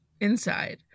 inside